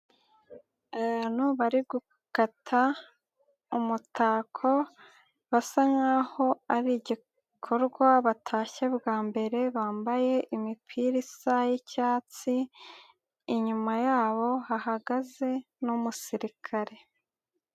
Abantu bari gukata umutako basa nk'aho ari igikorwa batashye bwa mbere bambaye imipira isa y'icyatsi inyuma yabo hahagaze n'umusirikare.